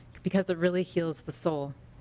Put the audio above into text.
because it really heals the soul.